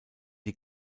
die